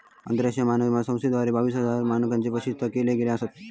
आंतरराष्ट्रीय मानांकन संस्थेद्वारा बावीस हजार मानंक प्रकाशित केले गेले असत